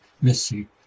Missy